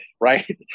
right